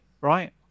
right